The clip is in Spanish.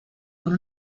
con